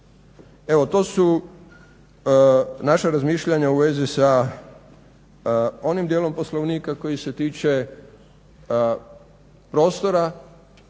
Evo to su naša razmišljanja u vezi sa onim dijelom Poslovnika koji se tiče prostora